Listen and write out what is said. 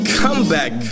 comeback